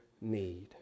need